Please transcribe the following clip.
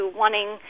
wanting